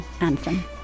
anthem